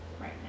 right